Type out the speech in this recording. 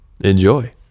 enjoy